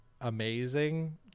amazing